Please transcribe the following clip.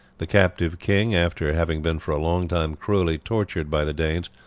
the captive king, after having been for a long time cruelly tortured by the danes,